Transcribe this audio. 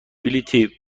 بلیطی